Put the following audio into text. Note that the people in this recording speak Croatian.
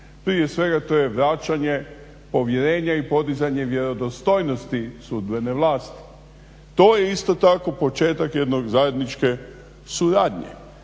Prije svega to je vraćanje povjerenja i podizanje vjerodostojnosti sudbene vlasti. To je isto tako početak jednog zajedničke suradnje